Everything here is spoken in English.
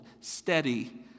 steady